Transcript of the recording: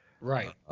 Right